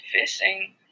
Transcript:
fishing